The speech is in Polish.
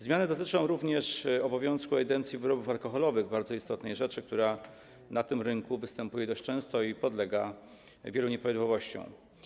Zmiany dotyczą również obowiązku ewidencji wyrobów alkoholowych - bardzo istotnej rzeczy, która na tym rynku występuje dość często i wiąże się z wieloma nieprawidłowościami.